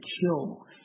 kill